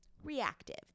reactive